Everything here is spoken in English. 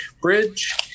Bridge